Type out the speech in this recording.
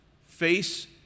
face